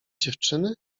dziewczyny